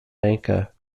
lanka